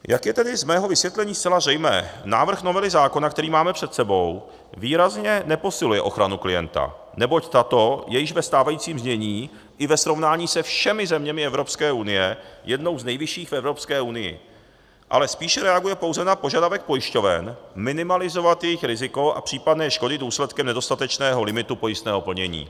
Jak je tedy z mého vysvětlení zcela zřejmé, návrh novely zákona, který máme před sebou, výrazně neposiluje ochranu klienta, neboť tato je již ve stávajícím znění i ve srovnání se všemi zeměmi Evropské unie jednou z nejvyšších v Evropské unii, ale spíše reaguje na požadavek pojišťoven minimalizovat jejich riziko a případné škody důsledkem nedostatečného limitu pojistného plnění.